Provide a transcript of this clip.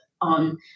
on